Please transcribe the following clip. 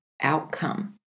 outcome